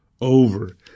over